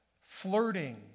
flirting